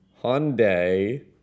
Hyundai